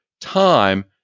time